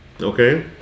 Okay